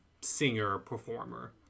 singer-performer